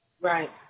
Right